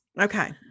Okay